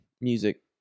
music